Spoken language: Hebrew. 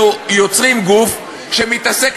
אנחנו יוצרים גוף שמתעסק,